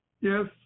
Yes